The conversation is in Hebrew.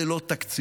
זה לא תקציב.